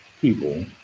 people